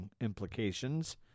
implications